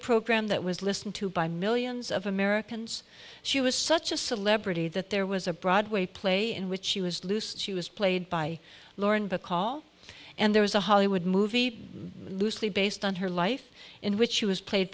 program that was listening to by millions of americans she was such a celebrity that there was a broadway play in which she was loose she was played by lauren bacall and there was a hollywood movie loosely based on her life in which she was p